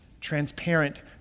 transparent